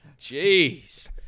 Jeez